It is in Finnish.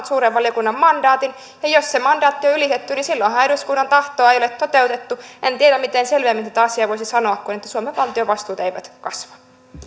suuren valiokunnan mandaatin ja jos se mandaatti on ylitetty niin silloinhan eduskunnan tahtoa ei ole toteutettu en tiedä miten selvemmin tätä asiaa voisi sanoa kuin että suomen valtion vastuut eivät kasva